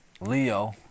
Leo